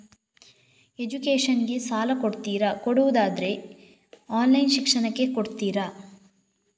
Education ಗೆ ಸಾಲ ಕೊಡ್ತೀರಾ, ಕೊಡುವುದಾದರೆ ಆನ್ಲೈನ್ ಶಿಕ್ಷಣಕ್ಕೆ ಕೊಡ್ತೀರಾ?